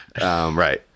Right